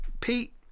Pete